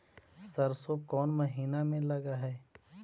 सरसों कोन महिना में लग है?